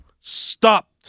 Stop